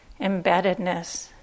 embeddedness